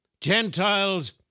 Gentiles